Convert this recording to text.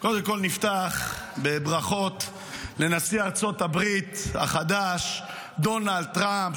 קודם כול נפתח בברכות לנשיא ארצות הברית החדש דונלד טראמפ,